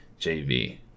JV